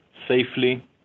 safely